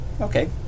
Okay